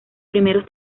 primeros